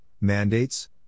mandates